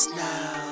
now